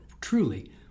truly